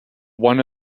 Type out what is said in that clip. one